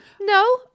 No